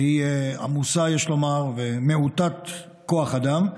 שהיא עמוסה, יש לומר, ומעוטת כוח אדם,